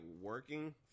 working